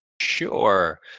Sure